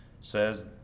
says